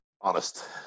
Honest